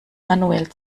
manuell